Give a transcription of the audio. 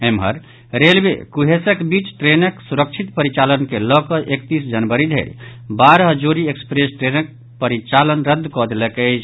एम्हर रेलवे कुंहेसक बीच ट्रेनक सुरक्षित परिचालन के लऽकऽ एकतीस जनवरी धरि बारह जोड़ी एक्सप्रेस ट्रेनक परिचालन रद्द कऽ देलक अछि